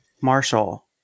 Marshall